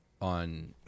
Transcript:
on